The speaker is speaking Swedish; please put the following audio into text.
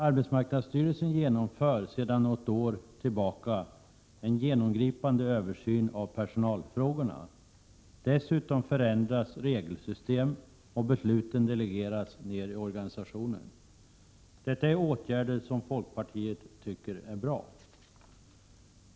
Arbetsmarknadsstyrelsen genomför sedan något år tillbaka en genomgripande översyn av personalfrågorna. Dessutom förändras regelsystem, och besluten delegeras ned i organisationen. Detta är åtgärder som folkpartiet tycker är bra.